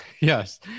Yes